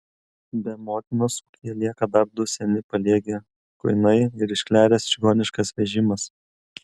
be motinos ūkyje lieka dar du seni paliegę kuinai ir iškleręs čigoniškas vežimas